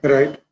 Right